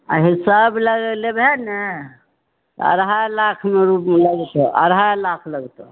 अभी सभ लगाइ लेबहो ने तऽ अढ़ाइ लाखमे लगतौ अढ़ाइ लाख लगतौ